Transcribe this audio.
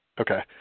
Okay